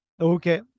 Okay